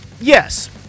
Yes